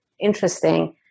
interesting